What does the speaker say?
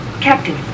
Captain